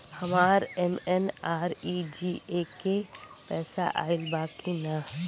हमार एम.एन.आर.ई.जी.ए के पैसा आइल बा कि ना?